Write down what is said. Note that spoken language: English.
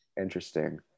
interesting